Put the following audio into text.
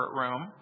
room